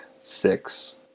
six